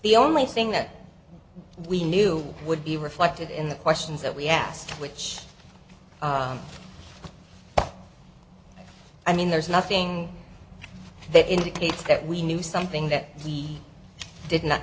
the only thing that we knew would be reflected in the questions that we asked which i mean there's nothing that indicates that we knew something that we did not